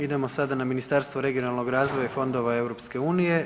Idemo sada na Ministarstvo regionalnoga razvoja i fondova EU.